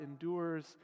endures